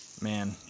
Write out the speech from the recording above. Man